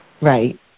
Right